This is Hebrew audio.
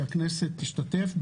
שהכנסת תשתתף.